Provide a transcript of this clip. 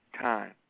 time